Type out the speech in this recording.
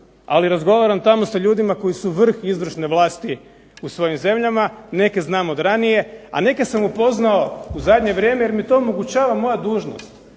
ali razgovaram tamo sa ljudima koji su vrh izvršne vlasti u svojim zemljama. Neke znam od ranije, a neke sam upoznao u zadnje vrijeme jer mi to omogućava moja dužnost,